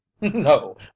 No